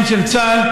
הן של צה"ל,